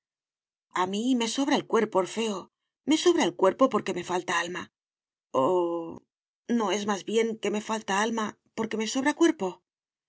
a mí me sobra el cuerpo orfeo me sobra el cuerpo porque me falta alma o no es más bien que me falta alma porque me sobra cuerpo